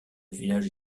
village